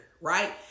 right